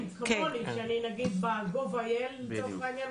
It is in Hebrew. כמוני שאני נגיד ב-gov.il לצורך העניין,